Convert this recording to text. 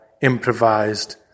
improvised